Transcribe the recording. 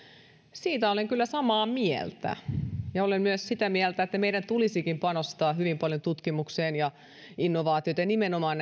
siitä olen kyllä samaa mieltä ja olen myös sitä mieltä että meidän tulisikin panostaa hyvin paljon tutkimukseen ja innovaatioihin ja nimenomaan